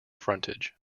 frontage